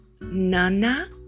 nana